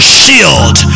shield